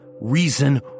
reason